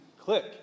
click